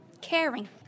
Caring